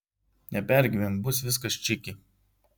nepergyvenk bus viskas čiki